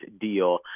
deal